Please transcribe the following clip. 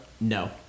No